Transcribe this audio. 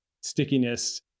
stickiness